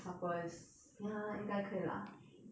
suppers ya 应该可以 lah